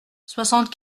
soixante